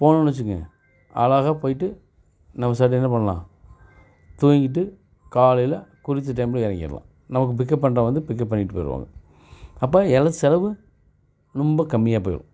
போனோம்னு வைச்சிக்கங்க அழகா போய்ட்டு நம்ம சட்டுன்னு என்ன பண்ணலாம் தூங்கிட்டு காலையில் குறித்த டைமில் இறங்கிர்லாம் நமக்கு பிக்கப் பண்ணுறவன் வந்து பிக்கப் பண்ணிவிட்டு போய்ருவாங்க அப்போ எல்லா செலவு ரொம்ப கம்மியாக போய்ரும்